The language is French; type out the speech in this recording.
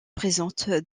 présente